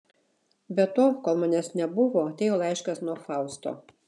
be to kol manęs nebuvo atėjo laiškas nuo fausto